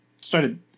started